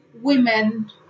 women